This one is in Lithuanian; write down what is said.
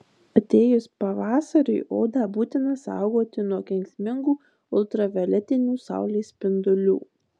atėjus pavasariui odą būtina saugoti nuo kenksmingų ultravioletinių saulės spindulių